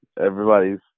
Everybody's